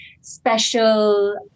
special